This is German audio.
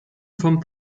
vom